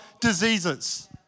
diseases